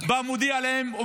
בא ומודיע להם: